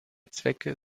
zwecke